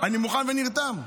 אני מוכן ונרתם.